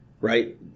Right